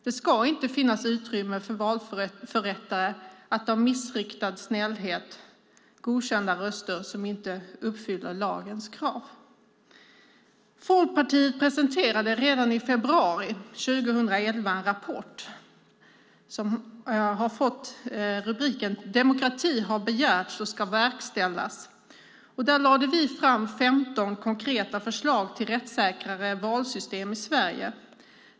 Det ska inte finnas utrymme för valförrättare att av missriktad snällhet godkänna röster som inte uppfyller lagens krav. Folkpartiet presenterade redan i februari 2011 rapporten Demokrati har begärts och ska verkställas . Där lade vi fram 15 konkreta förslag till rättssäkrare valsystem i Sverige.